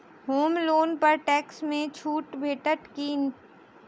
होम loan पर tax मे छुट भेटत की